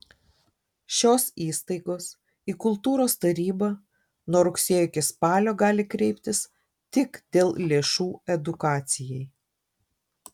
šios įstaigos į kultūros tarybą nuo rugsėjo iki spalio gali kreiptis tik dėl lėšų edukacijai